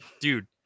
dude